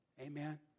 Amen